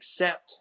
accept